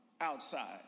outside